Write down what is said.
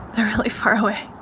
they're really far away.